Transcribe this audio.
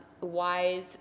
wise